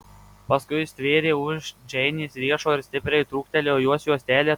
paskui stvėrė už džeinės riešo ir stipriai trūktelėjo jos juostelę